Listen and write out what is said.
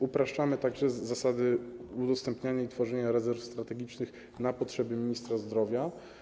Upraszczamy także zasady udostępniania i tworzenia rezerw strategicznych na potrzeby ministra zdrowia.